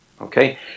okay